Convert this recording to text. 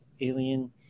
alien